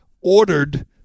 ordered